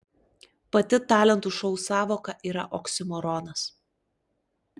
pati talentų šou sąvoka yra oksimoronas